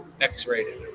X-rated